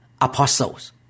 apostles